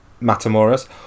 Matamoras